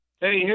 Hey